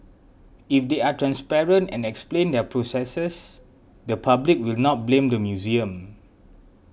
if they are transparent and explain their processes the public will not blame the museum